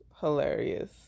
hilarious